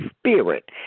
spirit